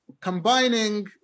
combining